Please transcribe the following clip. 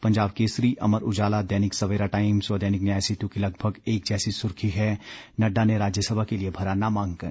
Punjab Kesari Amar Ujala Dainik Savera times व दैनिक न्याय सेतु की लगभग एक जैसी सुर्खी है नड्डा ने राज्यसभा के लिए भरा नामांकन